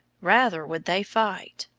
rather would they fight.